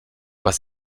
was